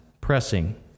pressing